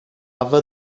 haver